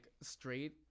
straight